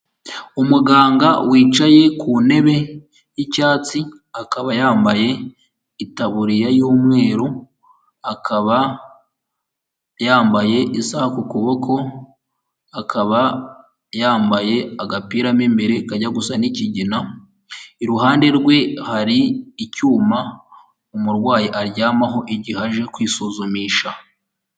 Umuganga wicaye ku ntebe y'icyatsi akaba yambaye itaburiya y'umweru, akaba yambaye isaha ku kuboko, akaba yambaye agapira mo imbere, kajya gusa n'ikigina iruhande rwe hari icyuma umurwayi aryamaho igihe aje kwisuzumisha.